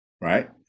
right